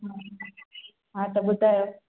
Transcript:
हा त ॿुधायो